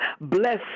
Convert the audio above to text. bless